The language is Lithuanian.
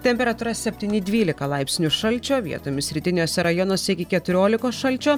temperatūra septyni dvylika laipsnių šalčio vietomis rytiniuose rajonuose iki keturiolikos šalčio